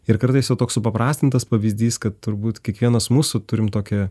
ir kartais jau toks supaprastintas pavyzdys kad turbūt kiekvienas mūsų turim tokią